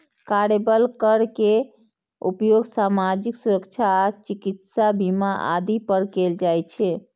कार्यबल कर के उपयोग सामाजिक सुरक्षा आ चिकित्सा बीमा आदि पर कैल जाइ छै